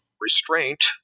restraint